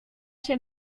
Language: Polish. się